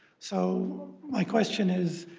so my question is,